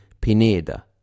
Pineda